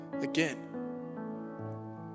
again